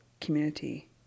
community